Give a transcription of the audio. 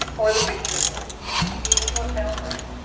or the picture of dorian gray which one sounds right?